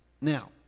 Now